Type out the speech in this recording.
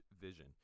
vision